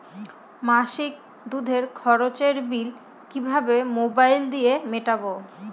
মাসিক দুধের খরচের বিল কিভাবে মোবাইল দিয়ে মেটাব?